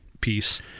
piece